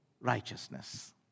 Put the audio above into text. righteousness